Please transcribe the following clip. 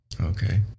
Okay